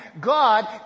God